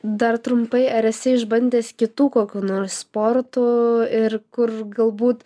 dar trumpai ar esi išbandęs kitų kokių nors sportų ir kur galbūt